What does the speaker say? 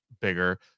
bigger